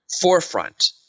forefront